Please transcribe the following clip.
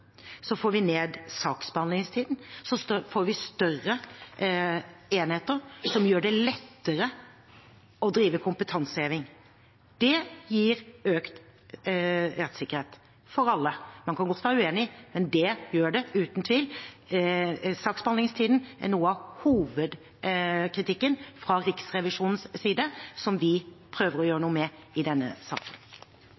Så får vi flere dommere, vi får ned saksbehandlingstiden, og vi får større enheter, som gjør det lettere å drive kompetanseheving. Det gir økt rettssikkerhet for alle. Man kan godt være uenig, men det gjør det uten tvil. Saksbehandlingstiden er noe av hovedkritikken fra Riksrevisjonens side, og noe som vi prøver å gjøre